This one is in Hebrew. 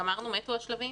גמרנו עם השלבים?